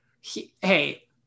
hey